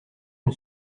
une